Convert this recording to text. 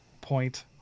point